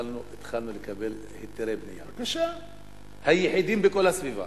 התחלנו לקבל היתרי בנייה, היחידים בכל הסביבה.